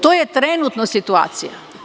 To je trenutna situacija.